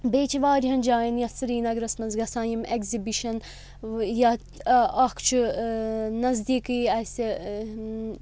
بیٚیہِ چھِ واریاہَن جایَن یَتھ سرینَگرَس منٛز گژھان یِم ایٚگزِبِشَن یَتھ اَکھ چھُ نزدیٖکٕے اَسہِ